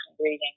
reading